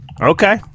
Okay